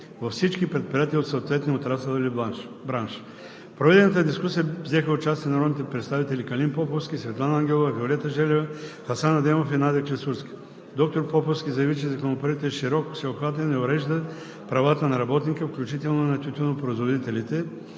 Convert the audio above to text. във всички предприятия от съответния отрасъл или бранш. В проведената дискусия взеха участие народните представители Калин Поповски, Светлана Ангелова, Виолета Желева, Хасан Адемов и Надя Клисурска. Доктор Калин Поповски заяви, че Законопроектът е широк, всеобхватен и урежда правата на работника, включително и на тютюнопроизводителите.